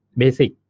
basic